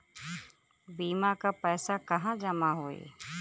बीमा क पैसा कहाँ जमा होई?